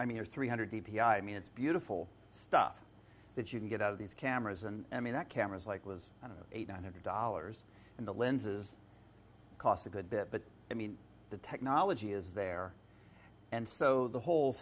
i mean there's three hundred d p i i mean it's beautiful stuff that you can get out of these cameras and i mean that cameras like was an eight hundred dollars and the lenses cost a good bit but i mean the technology is there and so the whole